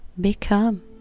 become